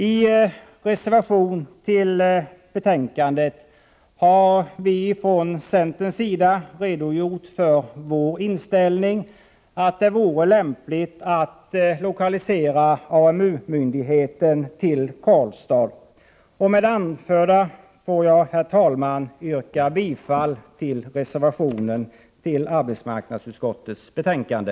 I en reservation till betänkandet har centern redogjort för sin inställning, nämligen att det vore lämpligt att lokalisera AMU-myndigheten till Karlstad. Med det anförda ber jag, herr talman, att få yrka bifall till reservationen vid arbetsmarknadsutskottets betänkande.